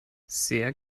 sehr